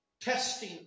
Testing